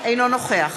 אינו נוכח